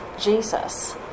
Jesus